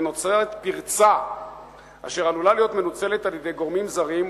ונוצרת פרצה אשר עלולה להיות מנוצלת על-ידי גורמים זרים,